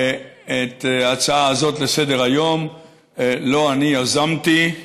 את ההצעה הזאת לסדר-היום לא אני יזמתי,